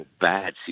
bad